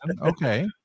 Okay